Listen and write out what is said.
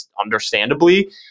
understandably